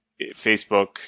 Facebook